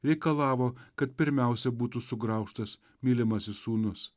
reikalavo kad pirmiausia būtų sugraužtas mylimasis sūnus